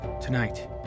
Tonight